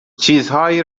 چیزهایی